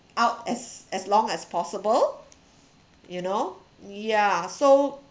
out as as long as possible you know ya so